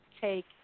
take